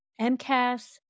MCAS